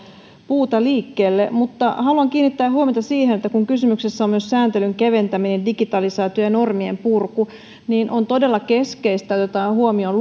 puuta liikkeelle mutta haluan kiinnittää huomiota siihen että kun kysymyksessä on myös sääntelyn keventäminen digitalisaatio ja normien purku niin on todella keskeistä että otetaan huomioon